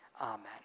amen